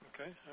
Okay